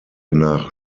nach